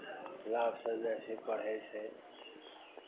class चलि जाइ छै पढ़ै छै